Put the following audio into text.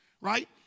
right